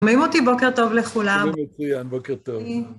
שומעים אותי, בוקר טוב לכולם. שומעים מצוין, בוקר טוב.